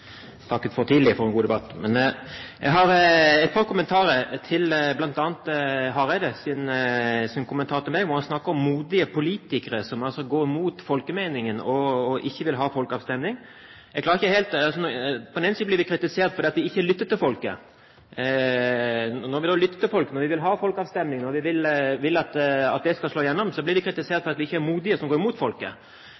et par kommentarer, bl.a. til Hareides kommentar til meg, hvor han snakker om modige politikere, som altså går mot folkemeningen og ikke vil ha folkeavstemning. På den ene siden blir vi kritisert for at vi ikke lytter til folket. Når vi lytter til folk – når vi vil ha folkeavstemninger, når vi vil at det skal slå igjennom – blir vi kritisert